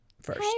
first